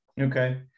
Okay